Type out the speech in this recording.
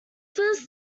first